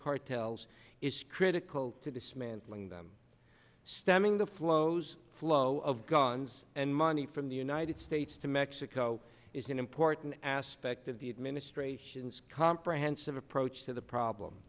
cartels is critical to dismantling them stemming the flow those flow of guns and money from the united states to mexico is an important aspect of the administration's comprehensive approach to the